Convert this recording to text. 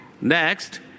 Next